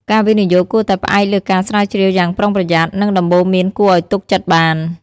ការវិនិយោគគួរតែផ្អែកលើការស្រាវជ្រាវយ៉ាងប្រុងប្រយ័ត្ន និងដំបូន្មានគួរឱ្យទុកចិត្តបាន។